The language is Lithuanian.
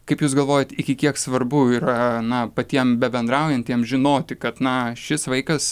kaip jūs galvojat iki kiek svarbu yra na patiem bebendraujantiem žinoti kad na šis vaikas